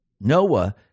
Noah